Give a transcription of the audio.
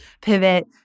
pivot